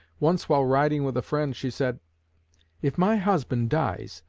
once while riding with a friend she said if my husband dies,